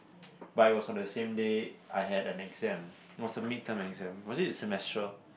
but it was on the same day I had an exam it was the mid term exam or was it the semestrial